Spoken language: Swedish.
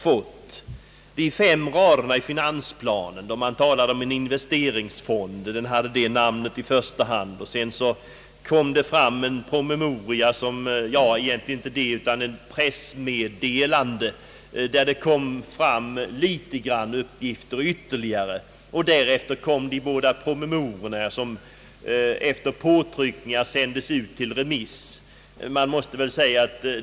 Först var det fem rader i finansplanen, där man talade om en investeringsfond — den hade det namnet först. Sedan fick vi ett pressmeddelande, där det lämnades ytterligare uppgifter. Därefter kom de båda promemoriorna, som efter påtryckningar sändes ut på remiss.